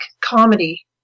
comedy